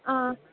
ஆ